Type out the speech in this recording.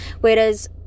Whereas